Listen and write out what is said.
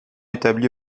établi